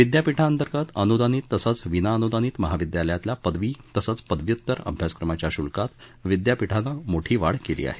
विद्यापीठांतर्गत अनुदानित तसंच विनाअनुदानित महाविद्यालयातल्या पदवी तसंच पदव्युत्तर अभ्यासक्रमाच्या शुल्कात विद्यापीठानं मोठी वाढ केली आहे